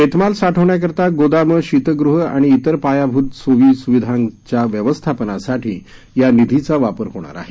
शेतमाल साठवण्याकरता गोदामं शीतगृह आणि इतर पायाभूत सोयी सुविधांच्या व्यवस्थापनासाठी या निधीचा वापर होणार आहे